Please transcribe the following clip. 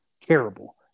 Terrible